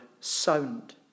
sound